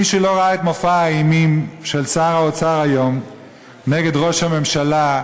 מי שלא ראה את מופע האימים של שר האוצר היום נגד ראש הממשלה,